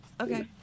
Okay